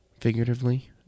figuratively